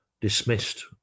dismissed